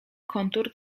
kontur